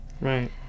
Right